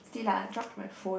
see lah drop my phone